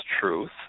truth